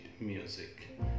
music